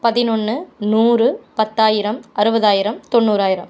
பதினொன்று நூறு பத்தாயிரம் அறுபதாயிரம் தொண்ணூராயிரம்